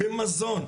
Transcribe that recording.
במזון,